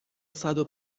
صدو